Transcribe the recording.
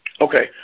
Okay